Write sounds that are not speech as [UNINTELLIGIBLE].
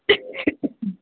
[UNINTELLIGIBLE]